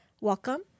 Welcome